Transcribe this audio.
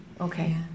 okay